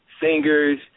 singers